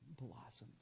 blossoms